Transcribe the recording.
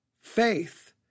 faith